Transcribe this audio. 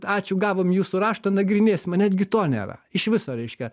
ačiū gavom jūsų raštą nagrinėsim netgi to nėra iš viso reiškia